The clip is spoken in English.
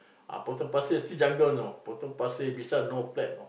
ah Potong Pasir still jungle know Potong Pasir Bishan no flat know